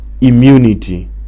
immunity